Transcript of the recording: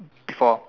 before